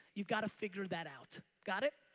you've gotta figure that out, got it?